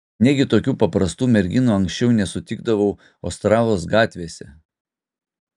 negi tokių paprastų merginų anksčiau nesutikdavau ostravos gatvėse